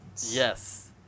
Yes